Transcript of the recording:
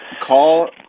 call